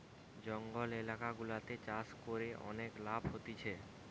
জঙ্গল এলাকা গুলাতে চাষ করে অনেক লাভ হতিছে